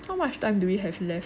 how much time do we have left